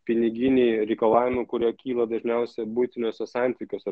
piniginiai reikalavimai kurie kyla dažniausiai buitiniuose santykiuose